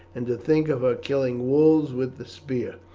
and to think of her killing wolves with the spear.